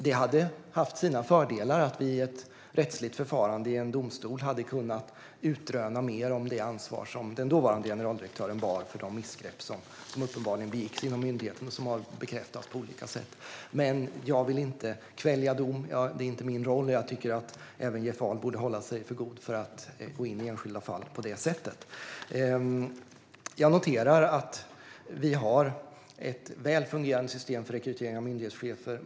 Det hade haft sina fördelar att vi vid ett rättsligt förfarande i en domstol hade kunnat utröna mer om det ansvar som den dåvarande generaldirektören bar för de missgrepp som uppenbarligen begicks inom myndigheten och som har bekräftats på olika sätt. Jag vill inte kvälja dom. Det är inte min roll. Och jag tycker att även Jeff Ahl borde hålla sig för god för att gå in i enskilda fall på det sättet. Jag noterar att vi har ett väl fungerande system för rekrytering av myndighetschefer.